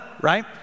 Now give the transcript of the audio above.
right